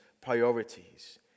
priorities